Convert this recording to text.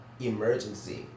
emergency